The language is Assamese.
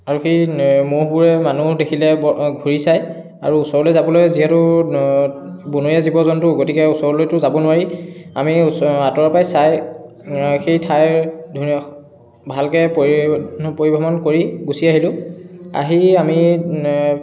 আৰু সেই ম'হবোৰে মানুহ দেখিলে ঘূৰি চায় আৰু ওচৰলৈ যাবলৈ যিহেতু বনৰীয়া জীৱ জন্তু গতিকে ওচৰলৈতো যাব নোৱাৰি আমি ওচ আঁতৰৰ পৰাই চাই সেই থাই ভালকৈ পৰি পৰিৱেশন কৰি গুচি আহিলো আহি আমি